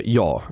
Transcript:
ja